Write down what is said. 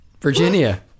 Virginia